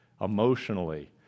emotionally